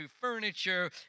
furniture